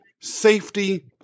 safety